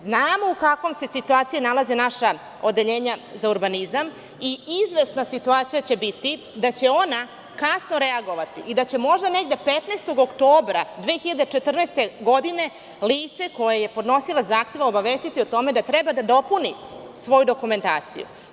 Znamo u kakvoj se situaciji nalaze naša odeljenja za urbanizam i izvesna situacija će biti da će ona kasno reagovati i da će možda 15. oktobra 2014. godine lice koje je podnosilac zahteva obavestiti o tome da treba da dopuni svoju dokumentaciju.